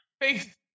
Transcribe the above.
Faith